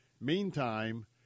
meantime